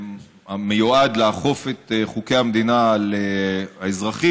שמיועד לאכוף את חוקי המדינה על האזרחים,